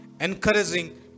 encouraging